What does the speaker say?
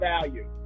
value